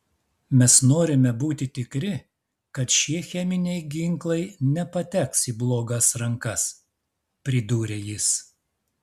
mes norime būti tikri kad šie cheminiai ginklai nepateks į blogas rankas pridūrė jis